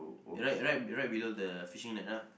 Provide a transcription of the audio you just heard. right right right below the fishing net ah